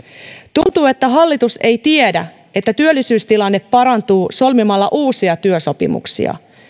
tuntuu että hallitus ei tiedä että työllisyystilanne parantuu solmimalla uusia työsopimuksia